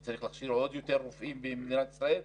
שצריך להכשיר עוד יותר רופאים במדינת ישראל,